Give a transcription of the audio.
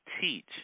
teach